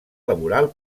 laboral